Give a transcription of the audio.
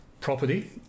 property